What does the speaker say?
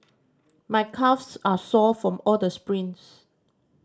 my calves are sore from all the sprints